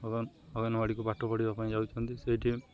ଅଙ୍ଗନ ଅଙ୍ଗନବାଡ଼ିକୁ ପାଠ ପଢ଼ିବା ପାଇଁ ଯାଉଛନ୍ତି ସେଇଠି